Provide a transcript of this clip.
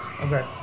Okay